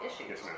issues